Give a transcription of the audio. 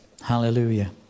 Hallelujah